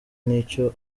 n’icyo